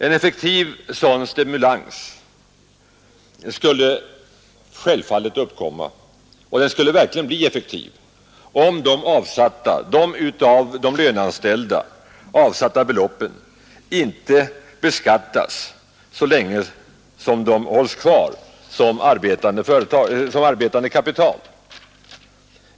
En effektiv sådan stimulans skulle självfallet uppkomma — och den skulle verkligen bli effektiv — om de av de löneanställda avsatta beloppen inte beskattades så länge som de hölls kvar som arbetande kapital.